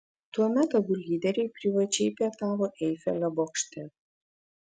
tuomet abu lyderiai privačiai pietavo eifelio bokšte